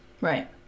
Right